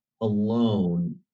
alone